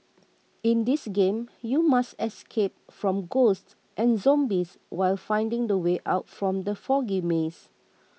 in this game you must escape from ghosts and zombies while finding the way out from the foggy maze